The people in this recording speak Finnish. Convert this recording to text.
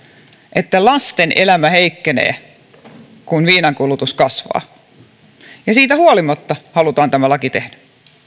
että lasten elämä heikkenee kun viinan kulutus kasvaa ja siitä huolimatta halutaan tämä laki tehdä